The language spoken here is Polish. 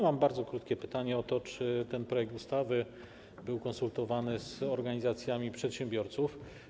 Mam bardzo krótkie pytanie o to, czy ten projekt ustawy był konsultowany z organizacjami przedsiębiorców.